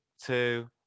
two